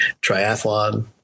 triathlon